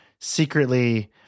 secretly